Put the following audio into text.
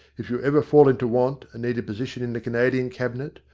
if you ever fall into want and need a position in the canadian cabinet,